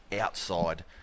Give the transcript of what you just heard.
outside